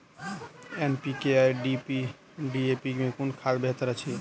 NPK आ D A P मे कुन खाद बेहतर अछि?